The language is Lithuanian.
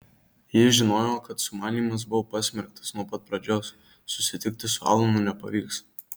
ji žinojo kad sumanymas buvo pasmerktas nuo pat pradžios susitikti su alanu nepavyks